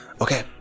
Okay